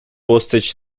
postage